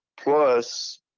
Plus